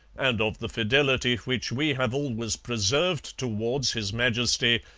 and of the fidelity which we have always preserved towards his majesty,